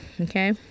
Okay